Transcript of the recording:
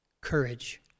courage